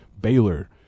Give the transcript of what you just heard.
Baylor